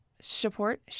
support